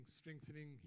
strengthening